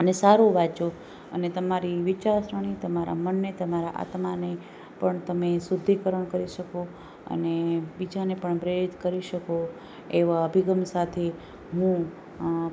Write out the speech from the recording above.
અને સારું વાંચો તમારી વિચારસરણી તમારા મનને તમારા આત્માને પણ તમે શુદ્ધિકરણ કરી શકો અને બીજાને પણ પ્રેરિત કરી શકો એવા અભિગમ સાથે હું